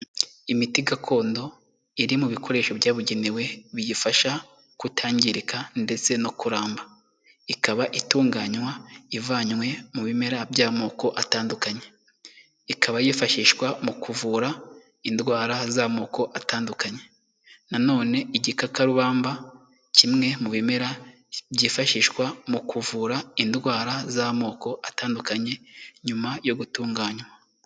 Imiti gakondo iri mu bikoresho byabugenewe, biyifasha kutangirika ndetse no kuramba. Ikaba itunganywa ivanywe mu bimera by'amoko atandukanye, ikaba yifashishwa mu kuvura indwara z'amoko atandukanye. Na none igikakarubamba kimwe mu bimera byifashishwa mu kuvura indwara z'amoko atandukanye, nyuma yo gutunganywa.